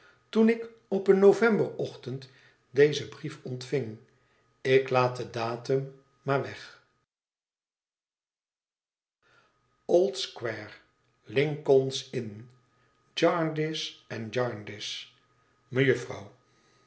toen ik op een novemberochtend dezen brief ontving ik laat den datum maar weg o ld square lincoln's inn jarndyce en jarndyce